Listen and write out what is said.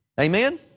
Amen